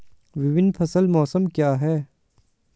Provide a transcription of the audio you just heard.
विभिन्न फसल मौसम क्या हैं?